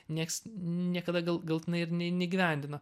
nieks niekada gal galutinai ir neįgyvendino